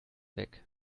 weg